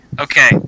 okay